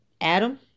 Adam